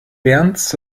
bernds